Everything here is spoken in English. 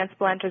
transplanters